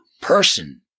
person